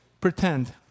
pretend